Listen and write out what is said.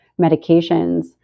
medications